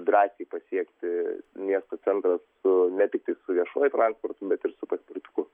drąsiai pasiekti miesto centrą su ne tiktais su viešuoju transportu bet ir su paspirtuku